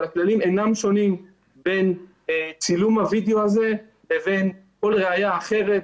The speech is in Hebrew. אבל הכללים אינם שונים בין צילום הווידאו הזה לבין כל ראיה אחרת,